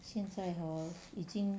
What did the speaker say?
现在 hor 已经